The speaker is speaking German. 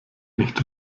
nicht